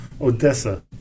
Odessa